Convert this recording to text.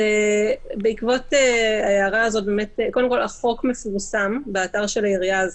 קודם כול, החוק מפורסם באתר העירייה אז